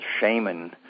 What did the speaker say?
shaman